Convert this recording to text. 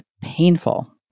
painful